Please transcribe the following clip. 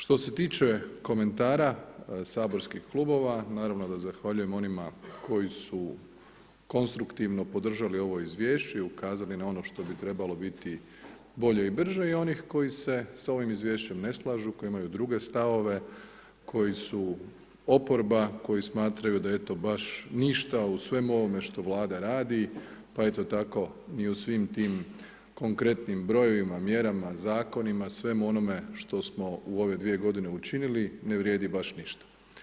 Što se tiče komentara saborskih klubova, naravno da zahvaljujem onima koji su konstruktivno podržali ovo izvješće i ukazali na ono što bi trebalo biti bolje i brže i onih koji se s ovim izvješćem ne slažu, koji imaju druge stavove, koji su oporba, koji smatraju da eto baš ništa u svemu ovome što vlada radi pa eto tako ni u svim tim konkretnim brojevima, mjerama, zakonima, svemu onome što smo u ove 2 godine učinili, ne vrijedi baš ništa.